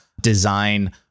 design